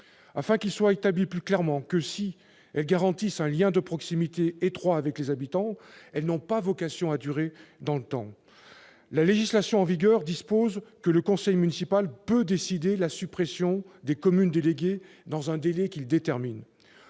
afin qu'il soit établi plus clairement que, si elles garantissent un lien de proximité étroit avec les habitants, elles n'ont pas vocation à durer dans le temps. La législation en vigueur dispose que le « conseil municipal peut décider la suppression des communes déléguées dans un délai qu'il détermine.